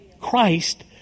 Christ